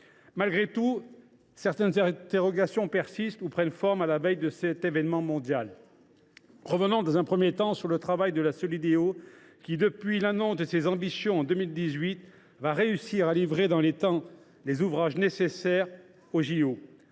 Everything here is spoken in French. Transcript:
Malgré tout cela, certaines interrogations subsistent ou prennent forme à la veille de cet événement mondial. Revenons dans un premier temps sur le travail de la Solideo, qui, depuis l’annonce de ses ambitions en 2018, réussira à livrer dans les temps les ouvrages nécessaires aux JOP.